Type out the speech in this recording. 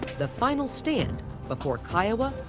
the final stand before kiowa,